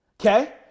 okay